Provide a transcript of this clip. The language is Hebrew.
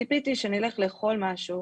ציפיתי שנלך לאכול משהו,